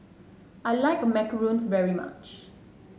I like Macarons very much